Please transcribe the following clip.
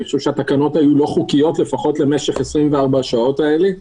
התקנות היו לא חוקיות, לפחות למשך 24 השעות האלה.